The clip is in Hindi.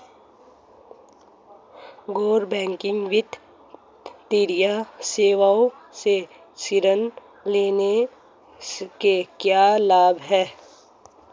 गैर बैंकिंग वित्तीय सेवाओं से ऋण लेने के क्या लाभ हैं?